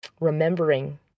remembering